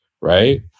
Right